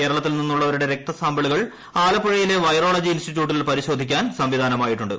കേരളത്തിൽ നിന്നുള്ളവരുടെ രക്ത സാമ്പിളുകൾ ആലപ്പുഴയിലെ വൈറോളജി ഇൻസ്റ്റിറ്റ്യൂട്ടിൽ പരിശോധിക്കാൻ സംവിധാനമായിട്ടുണ്ട്